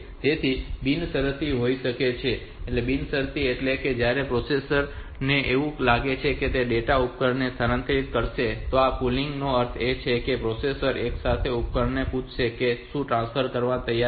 તેથી તે બિનશરતી હોઈ શકે છે અને બિનશરતી એટલે કે જ્યારે પણ પ્રોસેસર ને એવું લાગે ત્યારે તે ડેટા ને ઉપકરણમાં સ્થાનાંતરિત કરશે અને પુલિંગ નો અર્થ એ છે કે પ્રોસેસર એક સમયે ઉપકરણને પૂછશે કે શું તે ટ્રાન્સફર માટે તૈયાર છે